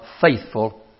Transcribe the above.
faithful